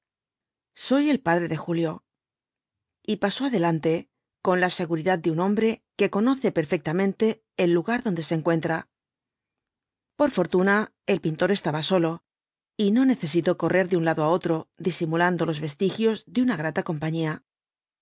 soy el padre de julio y pasó adelante con la seguridad de un hombre que conoce perfectamente el lugar donde se encuentra por fortuna el pintor estaba solo y no necesitó correr de un lado á otro disimulando los vestigios de una grata compañía